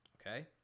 Okay